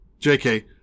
JK